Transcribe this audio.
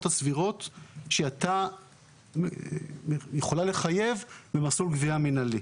הסבירות שהייתה יכולה לחייב במסלול גבייה מינהלי.